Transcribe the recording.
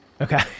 Okay